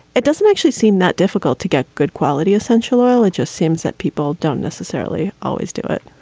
it doesn't actually seem that difficult to get good quality, essential oil. it just seems that people don't necessarily always do it